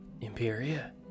Imperia